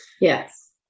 Yes